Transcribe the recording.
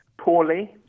poorly